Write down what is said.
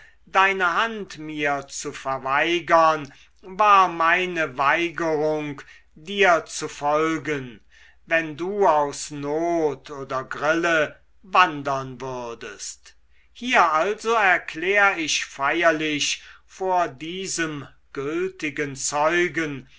deine hand mir zu verweigern war meine weigerung dir zu folgen wenn du aus not oder grille wandern würdest hier also erklär ich feierlich vor diesem gültigen zeugen